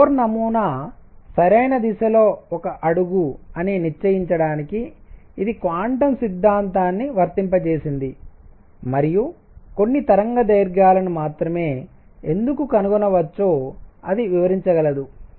కాబట్టి బోర్ నమూనా సరైన దిశలో ఒక అడుగు అని నిశ్చయించడానికి ఇది క్వాంటం సిద్ధాంతాన్ని వర్తింపజేసింది మరియు కొన్ని తరంగదైర్ఘ్యాలను మాత్రమే ఎందుకు కనుగొనవచ్చో అది వివరించగలదు